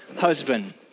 husband